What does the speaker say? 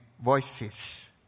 voices